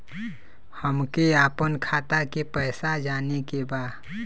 हमके आपन खाता के पैसा जाने के बा